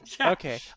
Okay